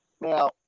Now